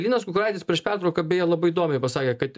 linas kukuraitis prieš pertrauką beje labai įdomiai pasakė kad